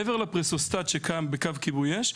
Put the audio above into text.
מעבר לפרסוסטט שקיים בקו כיבוי אש,